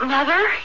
Mother